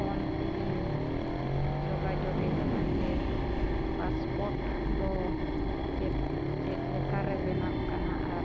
phone ᱛᱮᱞᱤ ᱡᱳᱜᱟᱡᱳᱜᱮ ᱠᱟᱱᱟ ᱡᱮ ᱯᱟᱥᱯᱳᱨᱴ ᱫᱚ ᱪᱮᱫ ᱪᱮᱫ ᱞᱮᱠᱟ ᱨᱮ ᱵᱮᱱᱟᱜ ᱠᱟᱱᱟ ᱟᱨ